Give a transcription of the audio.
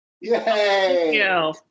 Yay